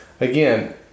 again